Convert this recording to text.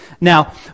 Now